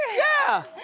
yeah,